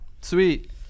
Sweet